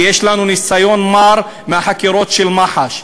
כי יש לנו ניסיון מר מהחקירות של מח"ש,